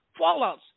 fallouts